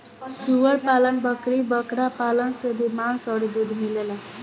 सूअर पालन, बकरी बकरा पालन से भी मांस अउरी दूध मिलेला